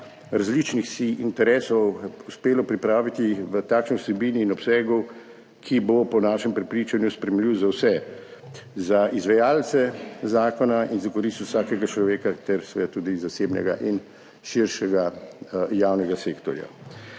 različnih si interesov uspelo pripraviti v takšni vsebini in obsegu, ki bo po našem prepričanju sprejemljiv za vse, za izvajalce zakona in za korist vsakega človeka ter seveda tudi zasebnega in širšega javnega sektorja.